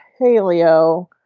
Paleo